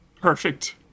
Perfect